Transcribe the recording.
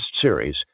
series